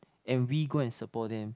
and we go and support them